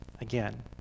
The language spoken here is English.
again